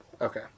Okay